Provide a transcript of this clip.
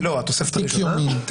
התוספת הראשונה?